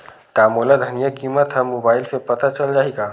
का मोला धनिया किमत ह मुबाइल से पता चल जाही का?